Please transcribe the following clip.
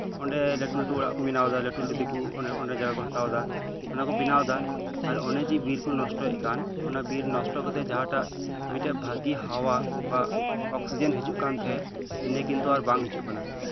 ᱚᱸᱰᱮ ᱞᱟᱹᱴᱩ ᱞᱟᱹᱴᱩ ᱚᱲᱟᱜ ᱠᱚ ᱵᱮᱱᱟᱣᱫᱟ ᱫᱤᱠᱩ ᱚᱸᱰᱮ ᱡᱟᱭᱜᱟ ᱠᱚ ᱦᱟᱛᱟᱣ ᱫᱟ ᱟᱨ ᱠᱚ ᱵᱮᱱᱟᱣᱫᱟ ᱚᱱᱮ ᱡᱮ ᱵᱤᱨ ᱠᱚ ᱱᱚᱥᱴᱚᱭᱮᱫ ᱠᱟᱱ ᱟᱨ ᱚᱱᱮ ᱵᱤᱨ ᱱᱚᱥᱴᱚ ᱠᱟᱛᱮᱜ ᱡᱟᱦᱟᱴᱟᱜ ᱢᱤᱫᱴᱟᱱ ᱵᱷᱟᱹᱜᱤ ᱦᱟᱣᱟ ᱵᱟ ᱚᱠᱥᱤᱡᱮᱱ ᱦᱤᱡᱩᱜ ᱠᱟᱱ ᱛᱟᱦᱮᱸᱜ ᱤᱱᱟᱹ ᱠᱤᱱᱛᱩ ᱵᱟᱝ ᱦᱤᱡᱩᱜ ᱠᱟᱱᱟ